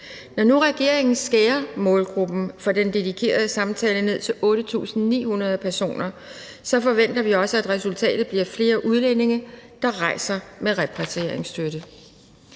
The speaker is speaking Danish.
Når nu regeringen skærer målgruppen for den dedikerede samtale ned til 8.900 personer, forventer vi også, at resultatet bliver flere udlændinge, der rejser med repatrieringsstøtte.